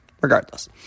regardless